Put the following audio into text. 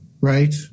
right